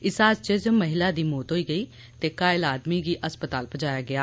इस हादसे च महिला दी मौत होई गेई ते घायल आदमी गी अस्पताल भेजेआ गेआ